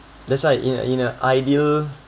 that's why in a in a idea